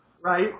right